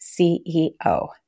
CEO